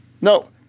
No